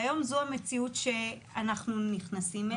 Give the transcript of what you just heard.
והיום זו המציאות שאנחנו נכנסים אליה.